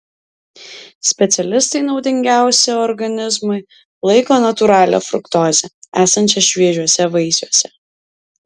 specialistai naudingiausia organizmui laiko natūralią fruktozę esančią šviežiuose vaisiuose